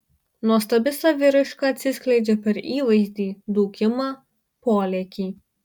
nuostabi saviraiška atsiskleidžia per įvaizdį dūkimą polėkį